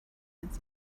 its